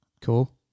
Cool